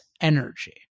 energy